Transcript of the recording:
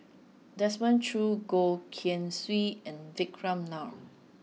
Desmond Choo Goh Keng Swee and Vikram Nair